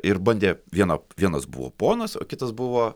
ir bandė vieną vienas buvo ponas o kitas buvo